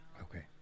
Okay